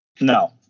No